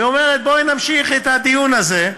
ואומרת: בואי נמשיך את הדיון הזה.